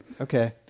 Okay